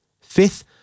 Fifth